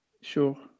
Sure